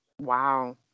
Wow